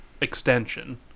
extension